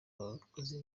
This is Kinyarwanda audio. abakozi